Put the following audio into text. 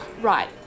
Right